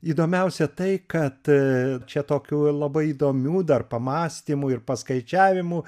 įdomiausia tai kad čia tokių labai įdomių dar pamąstymų ir paskaičiavimų